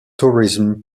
tourism